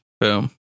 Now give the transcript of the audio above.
Boom